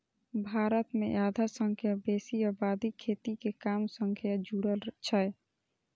भारत मे आधा सं बेसी आबादी खेती के काम सं जुड़ल छै